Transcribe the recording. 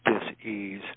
dis-ease